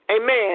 Amen